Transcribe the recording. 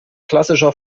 klassischer